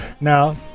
now